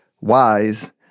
wise